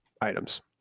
items